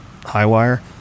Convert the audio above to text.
Highwire